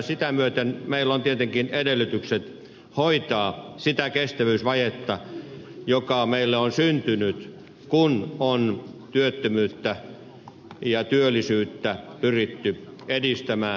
sitä myöten meillä on tietenkin edellytykset hoitaa sitä kestävyysvajetta joka meille on syntynyt kun on työllisyyttä pyritty edistämään